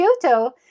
Kyoto